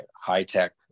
high-tech